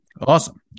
Awesome